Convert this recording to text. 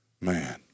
man